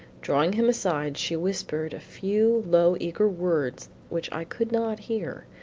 drawing him aside, she whispered a few low eager words which i could not hear.